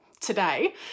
today